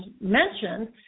mentioned